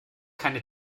keine